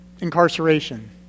incarceration